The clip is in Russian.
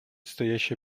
стоящая